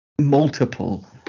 multiple